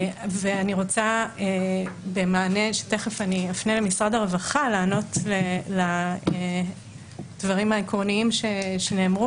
אני תכף אפנה למשרד הרווחה את הבקשה לענות לדברים העקרוניים שנאמרו